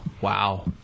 wow